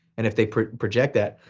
and if they project that,